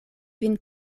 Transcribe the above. vin